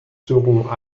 serons